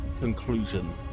conclusion